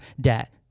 debt